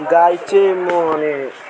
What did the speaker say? गाई चाहिँ मैले